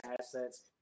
assets